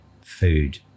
food